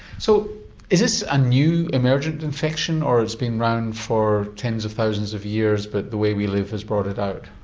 so is this a new emergent infection or has it been around for tens of thousands of years but the way we live has brought it out?